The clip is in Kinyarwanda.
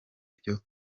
byo